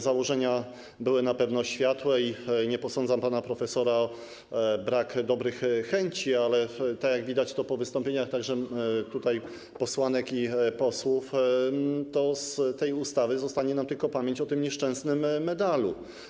Założenia były na pewno światłe i nie posądzam pana profesora o brak dobrych chęci, ale jak widać po wystąpieniach posłanek i posłów, z tej ustawy zostanie nam tylko pamięć o tym nieszczęsnym medalu.